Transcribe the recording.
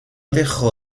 dejó